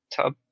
tub